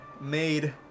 made